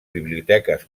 biblioteques